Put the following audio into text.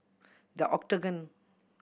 The Octagon